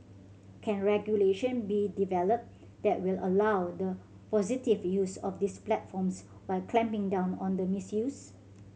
can regulation be developed that will allow the positive use of these platforms while clamping down on the misuse